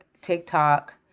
TikTok